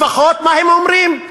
לפחות למה שהם אומרים,